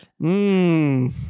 Mmm